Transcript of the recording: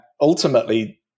ultimately